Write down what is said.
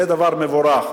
זה דבר מבורך.